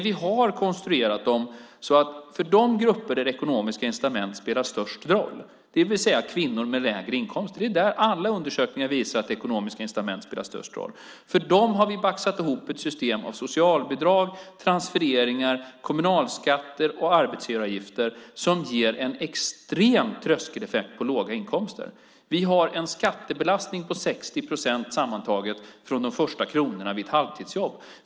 Alla undersökningar visar att det ekonomiska incitamentet spelar störst roll för kvinnor med lägre inkomster. För dem har vi baxat ihop ett system av socialbidrag, transfereringar, kommunalskatter och arbetsgivaravgifter som ger en extrem tröskeleffekt på låga inkomster. Vi har en skattebelastning på 60 procent sammantaget från de första kronorna vid ett halvtidsjobb.